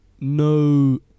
no